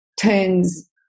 turns